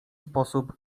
sposób